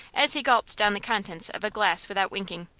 as he gulped down the contents of a glass without winking.